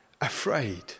afraid